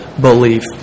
belief